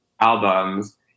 albums